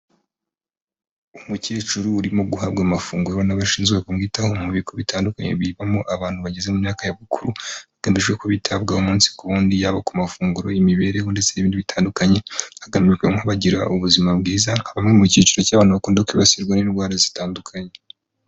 Umukecuru urimo guhabwa amafunguro n'abashinzwe kumwitaho mu bigo bitandukanye bibamo abantu bageze mu myaka ya bukuru. Hagamijwe ko bitabwaho umunsi ku wundi yaba ku mafunguro, imibereho, ndetse n'ibindi bitandukanye. Hagamijwe kugira ngo bagire ubuzima bwiza, bamwe mu cyiciro cy'abantu bakunda kwibasirwa n'indwara zitandukanye.